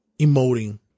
emoting